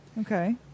Okay